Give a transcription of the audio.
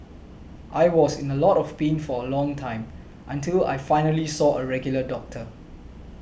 I was in a lot of pain for a long time until I finally saw a regular doctor